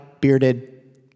bearded